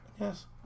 Yes